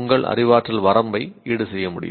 உங்கள் அறிவாற்றல் வரம்பை ஈடுசெய்ய முடியும்